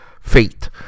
Fate